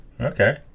okay